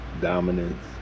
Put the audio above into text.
dominance